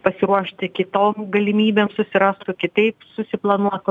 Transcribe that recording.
pasiruošti kitom galimybėm susirastų kitaip susiplanuotų